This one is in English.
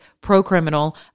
pro-criminal